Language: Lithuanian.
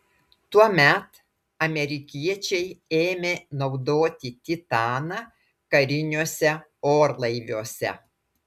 tuomet amerikiečiai ėmė naudoti titaną kariniuose orlaiviuose